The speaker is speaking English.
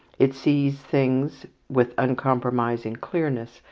it sees things with uncompromising clearness,